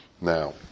Now